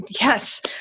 yes